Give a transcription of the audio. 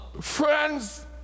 friends